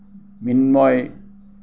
Mrinmoy